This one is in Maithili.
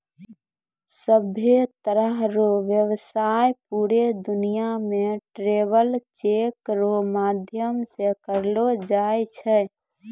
सभ्भे तरह रो व्यवसाय पूरे दुनियां मे ट्रैवलर चेक रो माध्यम से करलो जाय छै